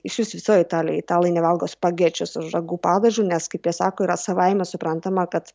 išvis visoj italijoje italai nevalgo spagečius su ragu padažu nes kaip jie sako yra savaime suprantama kad